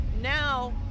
now